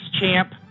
champ